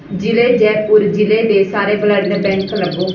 ਜ਼ਿਲ੍ਹੇ ਜੈਪੁਰ ਜ਼ਿਲ੍ਹੇ ਦੇ ਸਾਰੇ ਬਲੱਡ ਬੈਂਕ ਲੱਭੋ